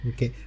Okay